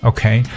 Okay